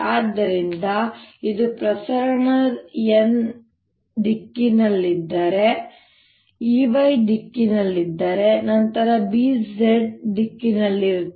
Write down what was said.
ಆದ್ದರಿಂದ ಇದು ಪ್ರಸರಣ x ನ ದಿಕ್ಕಾಗಿದ್ದರೆ ಮತ್ತು E y ದಿಕ್ಕಿನಲ್ಲಿದ್ದರೆ ನಂತರ B z ದಿಕ್ಕಿನಲ್ಲಿರುತ್ತದೆ